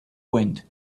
wind